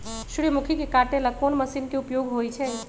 सूर्यमुखी के काटे ला कोंन मशीन के उपयोग होई छइ?